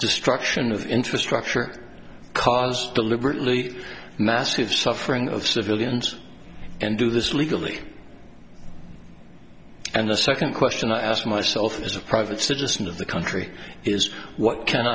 destruction of infrastructure cause deliberately massive suffering of civilians and do this legally and the second question i ask myself as a private citizen of the country is what can